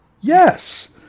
yes